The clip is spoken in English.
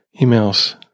emails